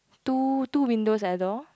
two two windows at the door